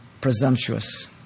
presumptuous